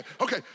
Okay